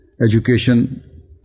education